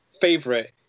favorite